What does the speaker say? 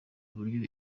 uburyo